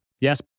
Yes